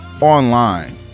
online